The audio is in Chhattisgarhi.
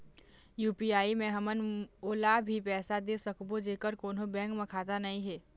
यू.पी.आई मे हमन ओला भी पैसा दे सकबो जेकर कोन्हो बैंक म खाता नई हे?